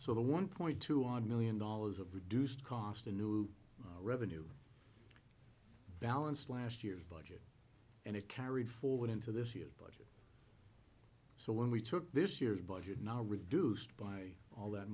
so the one point two odd million dollars of reduced cost in new revenue balanced last year's budget and it carried forward into this year budget so when we took this year's budget now reduced by all that